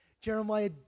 Jeremiah